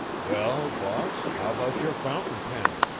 well, boss, how about your fountain pen?